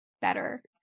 better